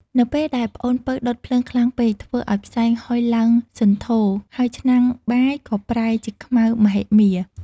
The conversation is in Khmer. នៅពេលដែលប្អូនពៅដុតភ្លើងខ្លាំងពេក ធ្វើឱ្យផ្សែងហុយឡើងសន្ធោរ ហើយឆ្នាំងបាយក៏ប្រែជាខ្មៅមហិមា។